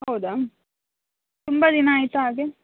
ಹೌದಾ ತುಂಬ ದಿನ ಆಯ್ತಾ ಹಾಗೇ